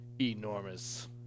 enormous